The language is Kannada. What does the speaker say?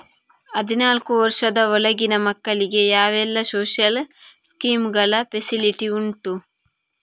ಹದಿನಾಲ್ಕು ವರ್ಷದ ಒಳಗಿನ ಮಕ್ಕಳಿಗೆ ಯಾವೆಲ್ಲ ಸೋಶಿಯಲ್ ಸ್ಕೀಂಗಳ ಫೆಸಿಲಿಟಿ ಉಂಟು?